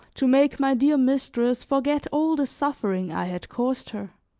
to make my dear mistress forget all the suffering i had caused her.